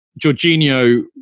Jorginho